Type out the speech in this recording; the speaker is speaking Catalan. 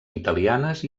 italianes